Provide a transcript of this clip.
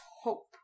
hope